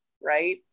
right